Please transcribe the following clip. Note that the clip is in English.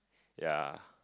ya